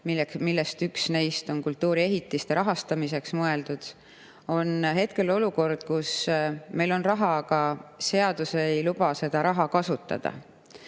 millest üks on kultuuriehitiste rahastamiseks mõeldud … Hetkel on olukord, kus meil on raha, aga seadus ei luba seda raha kasutada.